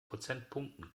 prozentpunkten